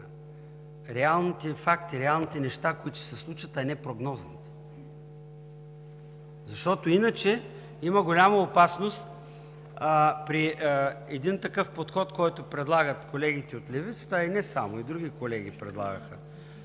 реалните факти, реалните неща, които ще се случат, а не прогнозните. Защото иначе има голяма опасност при един такъв подход, който предлагат колегите от Левицата, а и не само, и други колеги предлагаха